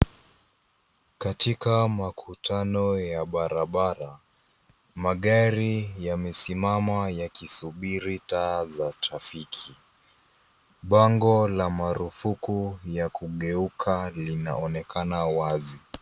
Katika makutano ya barabara , magari yamesimama yakisubiri taa za trafiki. Bango la marufuku ya kugeuka linaonekana wazi.